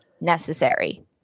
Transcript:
necessary